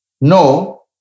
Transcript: No